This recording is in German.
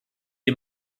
die